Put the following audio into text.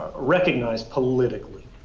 recognize politically